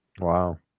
Wow